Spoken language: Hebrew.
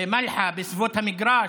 במלחה, בסביבות המגרש,